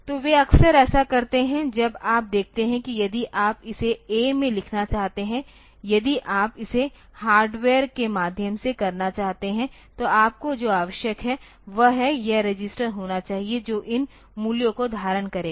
तो वे अक्सर ऐसा करते हैं अब आप देखते हैं कि यदि आप इसे A में लिखना चाहते हैं यदि आप इसे हार्डवेयर के माध्यम से करना चाहते हैं तो आपको जो आवश्यक है वह है यह रजिस्टर होना चाहिए जो इन मूल्यों को धारण करेगा